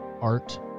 art